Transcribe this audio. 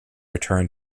return